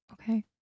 Okay